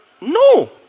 no